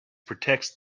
protects